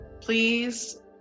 Please